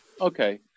Okay